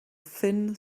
thin